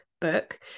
book